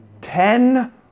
Ten